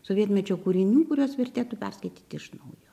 sovietmečio kūrinių kuriuos vertėtų perskaityti iš naujo